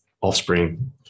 offspring